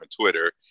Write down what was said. Twitter